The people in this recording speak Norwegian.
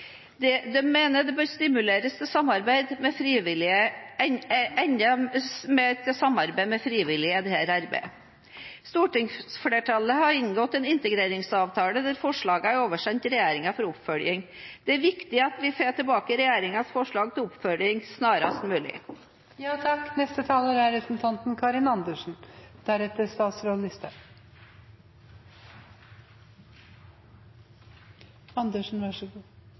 mener det bør stimuleres enda mer til samarbeid med frivillige i dette arbeidet. Stortingsflertallet har inngått en integreringsavtale der forslagene er oversendt regjeringen for oppfølging. Det er viktig at vi får tilbake regjeringens forslag til oppfølging snarest mulig. Da vil jeg først ta opp forslagene fra SV i innstillingen. Det gjør jeg fordi det er